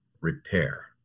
repair